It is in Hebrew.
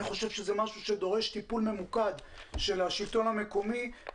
אני חושב שזה משהו שדורש טיפול ממוקד של השלטון המקומי.